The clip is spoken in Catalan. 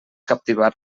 captivar